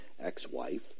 ex-wife